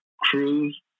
cruise